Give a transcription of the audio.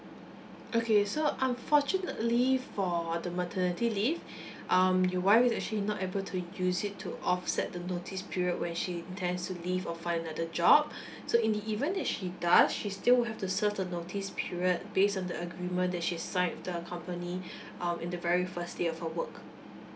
okay so unfortunately for the maternity leave um your wife is actually not able to use it to offset the notice period when she intends to leave or find another job so in the event that she does she still have to serve the notice period base on the agreement that she has signed with the company um in the very first day of her work